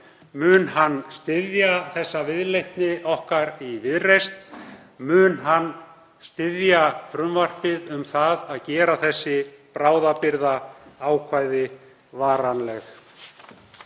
Mun hann styðja þessa viðleitni okkar í Viðreisn? Mun hann styðja frumvarpið um það að gera þessi bráðabirgðaákvæði varanleg?